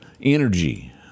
Energy